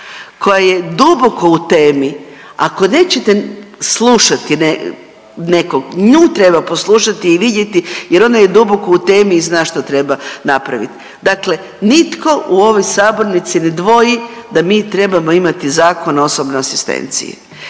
koja je duboko u temi. Ako nećete slušati nekog nju treba poslušati i vidjeti jer ona je duboko u temi i zna što treba napraviti. Dakle, nitko u ovog sabornici ne dvoji da mi trebamo imati Zakon o osobnoj asistenciji.